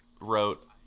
wrote